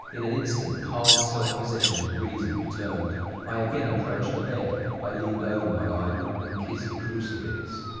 in an instant calm, self-possession, reason returned i again approached the bed i leaned over my idol and kissed the crucifix.